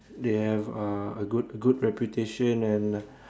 they have uh a good good reputation and